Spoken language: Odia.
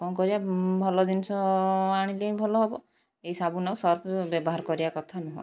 କଣ କରିବା ଭଲ ଜିନିଷ ଆଣିଲେ ହିଁ ଭଲ ହେବ ଏଇ ସାବୁନ ଆଉ ସର୍ଫ ବ୍ୟବହାର କରିବା କଥା ନୁହଁ